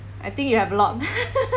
I think you have a lot